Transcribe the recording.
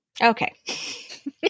okay